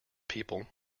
people